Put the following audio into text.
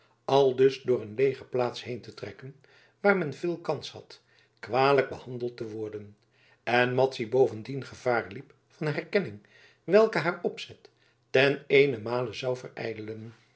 aldus door een legerplaats heen te trekken waar men veel kans had kwalijk behandeld te worden en madzy bovendien gevaar liep van herkenning welke haar opzet ten eenenmale zoude